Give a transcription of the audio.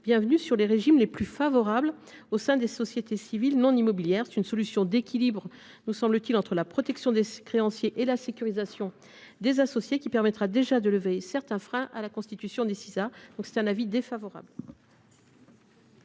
bienvenu sur les régimes les plus favorables au sein des sociétés civiles non immobilières. C’est une solution d’équilibre entre la protection des créanciers et la sécurisation des associés, qui permettra de lever certains freins à la constitution d’une Sisa. L’avis est donc défavorable.